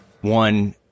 one